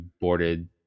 boarded